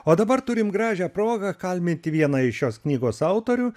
o dabar turim gražią progą kalbinti vieną iš šios knygos autorių